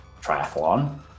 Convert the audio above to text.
triathlon